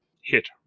hit